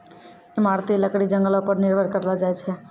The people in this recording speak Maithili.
इमारती लकड़ी जंगलो पर निर्भर करलो जाय छै